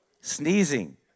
Sneezing